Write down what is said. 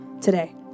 today